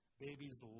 Babies